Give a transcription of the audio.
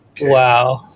Wow